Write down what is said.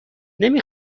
نمی